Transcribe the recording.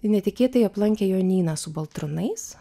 netikėtai aplankė jonynas su baltrunais